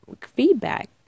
feedback